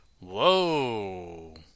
Whoa